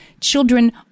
children